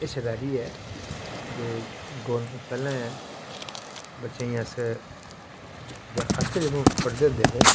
हिस्सेदारी ऐ कि गौरमैंट पैह्लें बच्चें गी अस जां अस गै पढ़दे होंदे हे